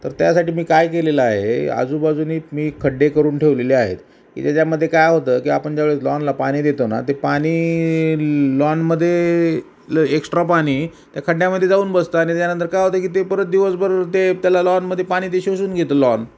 तर त्यासाठी मी काय केलेलं आहे आजूबाजूने मी खड्डे करून ठेवलेले आहेत की त्याच्यामध्ये काय होतं की आपण ज्यावेेळेस लॉनला पाणी देतो ना ते पाणी लॉनमध्ये ल एक्स्ट्रा पाणी त्या खड्ड्यामध्ये जाऊन बसतं आ आणि त्यानंतर काय होतं की ते परत दिवसभर ते त्याला लॉनमध्ये पाणी ते शोषून घेतं लॉन